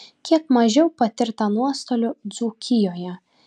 kiek mažiau patirta nuostolių dzūkijoje